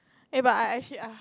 eh but I actually ah